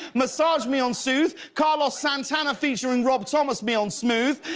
massage me on sooth, carlos santana-featuring rob thomas me on smooth,